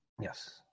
Yes